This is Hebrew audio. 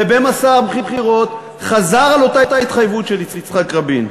ובמסע הבחירות חזר על אותה התחייבות של יצחק רבין.